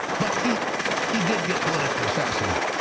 but he he did get politically assassinate,